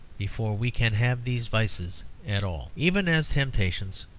before we can have these vices at all, even as temptations.